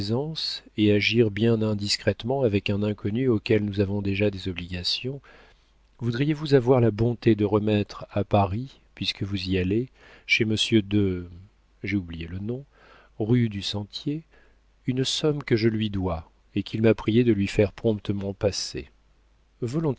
et agir bien indiscrètement avec un inconnu auquel nous avons déjà des obligations voudriez-vous avoir la bonté de remettre à paris puisque vous y allez chez monsieur de j'ai oublié le nom rue du sentier une somme que je lui dois et qu'il m'a prié de lui faire promptement